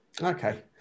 Okay